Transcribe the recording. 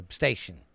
station